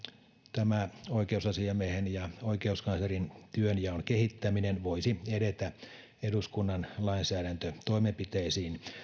tämä oikeusasiamiehen ja oikeuskanslerin työnjaon kehittäminen voisi edetä eduskunnan lainsäädäntötoimenpiteisiin